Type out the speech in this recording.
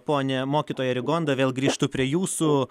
ponia mokytoja rigonda vėl grįžtu prie jūsų